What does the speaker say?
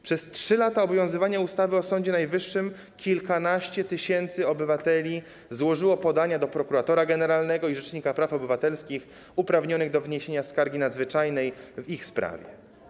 Przez 3 lata obowiązywania ustawy o Sądzie Najwyższym kilkanaście tysięcy obywateli złożyło podania do prokuratora generalnego i rzecznika praw obywatelskich uprawnionych do wniesienia skargi nadzwyczajnej w ich sprawie.